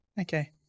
okay